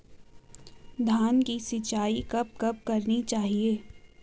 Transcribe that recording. धान की सिंचाईं कब कब करनी चाहिये?